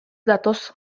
datoz